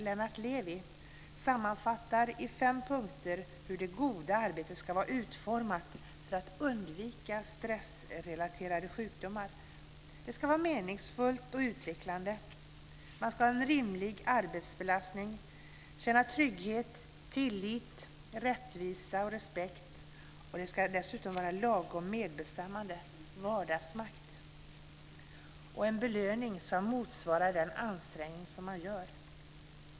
Levi, sammanfattar i fem punkter hur det goda arbetet ska vara utformat för att undvika stressrelaterade sjukdomar. · Arbetet ska vara meningsfullt och utvecklande. · Man ska ha en rimlig arbetsbelastning. · Man ska känna trygghet, tillit, rättvisa och respekt. · Det ska vara lagom medbestämmande, "vardagsmakt". · Det ska vara en belöning som motsvarar den ansträngning man gör.